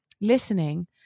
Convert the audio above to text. listening